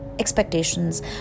expectations